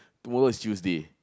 tomorrow is Tuesday